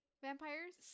vampires